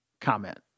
comment